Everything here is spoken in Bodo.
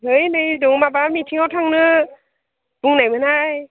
है नै दङ माबा मिटिंआव थांनो बुंनायमोनहाय